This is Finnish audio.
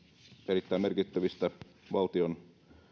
erittäin merkittävästä valtion